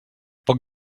poc